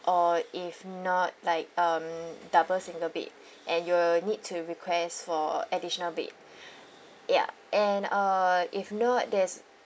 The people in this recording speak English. or if not like um double single bed and you need to request for additional bed ya and uh if not there's